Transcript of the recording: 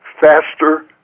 faster